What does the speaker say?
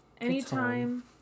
anytime